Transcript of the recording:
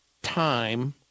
time